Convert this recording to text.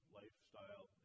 lifestyle